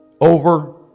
over